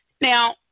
Now